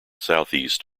southeast